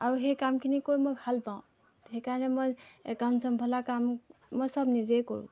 আৰু সেই কামখিনি কৈ মই ভাল পাওঁ সেইকাৰণে মই একাউণ্ট চম্ভালা কাম মই চব নিজেই কৰোঁ